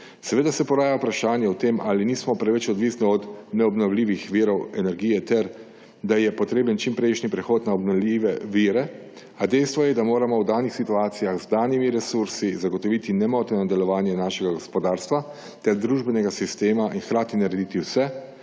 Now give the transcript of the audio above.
Seveda se poraja vprašanje o tem, ali nismo preveč odvisni od neobnovljivih virov energije ter da je potreben čimprejšnji prehod na obnovljive vire, a dejstvo je, da moramo v danih situacijah z danimi resursi zagotoviti nemoteno delovanje našega gospodarstva in družbenega sistema ter hkrati narediti vse,